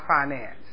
finance